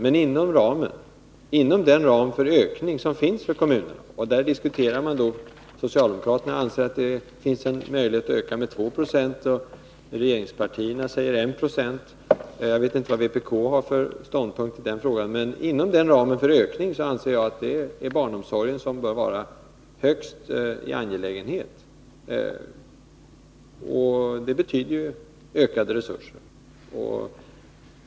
Men det finns ändå en ram för ökning av kommunernas verksamhet. Socialdemokraterna anser att det Nr 103 är möjligt att öka med 2 26, medan regeringspartierna säger 1 20. Vad vpk Måndagen den har för ståndpunkt i den frågan vet jag inte. Men inom den ramen för ökning 22 mars 1982 anser jag att det är barnomsorgen som bör stå högst i fråga om angelägenhet. Det betyder ju ökade resurser.